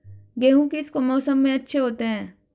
गेहूँ किस मौसम में अच्छे होते हैं?